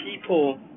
people